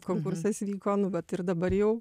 konkursas vyko nu vat ir dabar jau